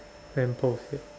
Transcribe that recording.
lamp post ya